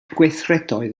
gweithredoedd